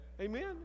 Amen